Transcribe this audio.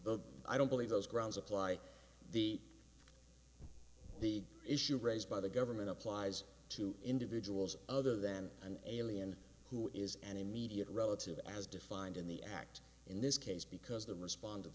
the i don't believe those grounds apply the the issue raised by the government applies to individuals other than an alien who is an immediate relative as defined in the act in this case because the responde